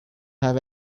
have